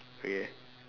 okay